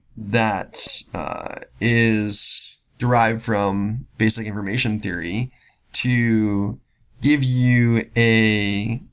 that is derived from basic information theory to give you a